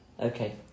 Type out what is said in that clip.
Okay